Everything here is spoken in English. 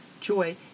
joy